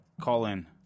call-in